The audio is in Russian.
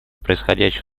происходящих